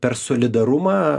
per solidarumą